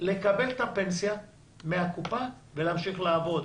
לקבל את הפנסיה מן הקופה ולהמשיך לעבוד.